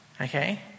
okay